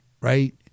right